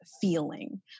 feeling